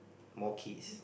more kids